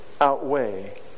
outweigh